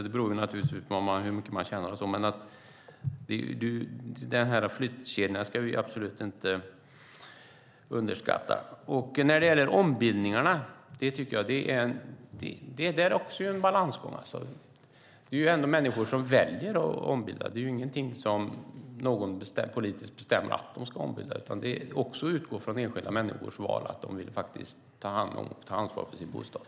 Det beror naturligtvis på hur mycket man tjänar och så vidare, men vi ska absolut inte underskatta den här flyttkedjan. När det gäller ombildningarna tycker jag att det också är en balansgång. Det är ändå människor som väljer att ombilda. Det är inte någon som politiskt bestämmer att de ska ombilda. Det handlar om enskilda människors val. De vill faktiskt ta hand om och ta ansvar för sin bostad.